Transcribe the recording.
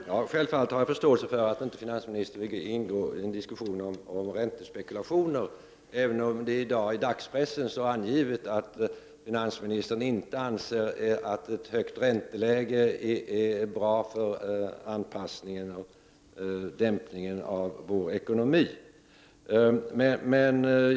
Herr talman! Självfallet har jag förståelse för att finansministern inte vill gå in i en diskussion om räntespekulationer, även om det i dag i dagspressen står angivet att finansministern inte anser att ett högt ränteläge är bra för anpassningen av vår ekonomi.